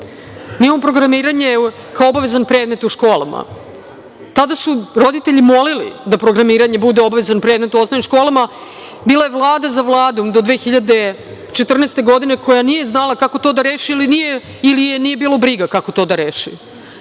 imamo programiranje, kao obavezan predmet u školama. Tada su roditelji molili da programiranje bude obavezan predmet u osnovnim školama. Bila je Vlada za Vladom do 2014. godine koja nije znala kako to da reši ili je nije bilo briga kako to da